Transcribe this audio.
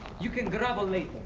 you can grovel later.